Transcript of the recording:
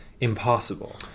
impossible